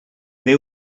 they